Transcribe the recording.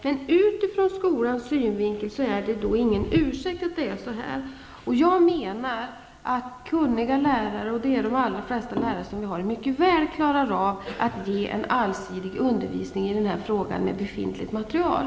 Men det är ingen ursäkt från skolans synvinkel att det är så här. Kunniga lärare, och det är de allra flesta lärare som vi har i dag, klarar mycket väl av att ge en allsidig undervisning i den här frågan med befintligt material.